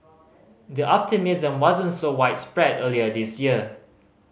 the optimism wasn't so widespread earlier this year